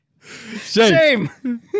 Shame